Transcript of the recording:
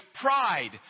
pride